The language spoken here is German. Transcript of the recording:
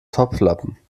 topflappen